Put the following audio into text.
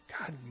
God